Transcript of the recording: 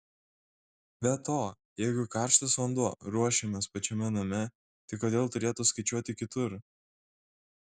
be to jeigu karštas vanduo ruošiamas pačiame name tai kodėl turėtų skaičiuoti kitur